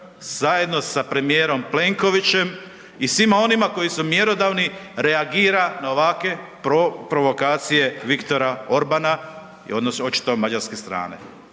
zajedno sa premijerom Plenkovićem i svima onima koji su mjerodavni reagira na ovakve provokacije Viktora Orbana i odnosno očito mađarske strane.